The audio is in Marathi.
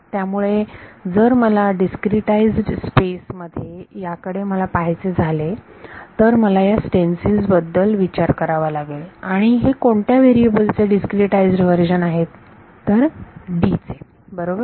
त्यामुळे जर मला डीस्क्रीटाईझड स्पेस मध्ये याकडे मला पाहायचे झाले तर मला या स्टेन्सिल्स बद्दल विचार करावा लागेल आणि हे कोणत्या व्हेरिएबल चे डीस्क्रीटाईझड वर्जन आहेत तर D चे बरोबर